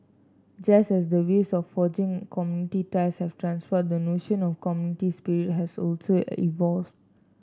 just as the ways of forging community ties have transformed the notion of community spirit has also evolved